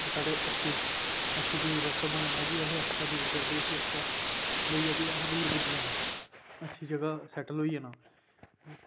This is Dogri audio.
एह् साढ़े अच्छे यूज़ आस्तै बने दा की असें अच्छा यूज़ करगे इसगी अच्छा लेई जाह्गे ते असें दूर पुज्जी जाना अच्छी जगह सैटल होई जाना